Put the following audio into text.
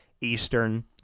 Eastern